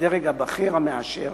הדרג הבכיר המאשר,